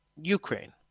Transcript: Ukraine